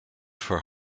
for